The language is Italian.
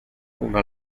una